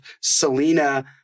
Selena